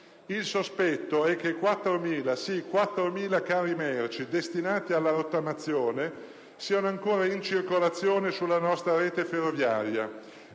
Il sospetto è che 4.000 - sì, quattromila - carri merci destinati alla rottamazione siano ancora in circolazione sulla nostra rete ferroviaria: